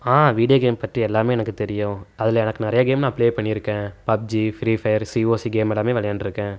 ஆ video game பற்றி எல்லாமே எனக்கு தெரியும் அதில் எனக்கு நிறைய கேம் நான் ப்லே பண்ணிருக்கேன் பப்ஜி ஃப்ரீஃபயர் சிஓசி கேம் எல்லாமே விளையாண்டுருக்கேன்